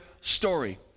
story